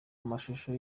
amashusho